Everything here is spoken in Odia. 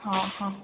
ହଁ ହଁ